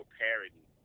parody